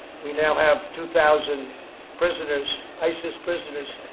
we now have two thousand prisoners isis prisoners.